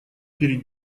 перед